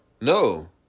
No